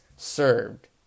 served